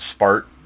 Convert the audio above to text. Spart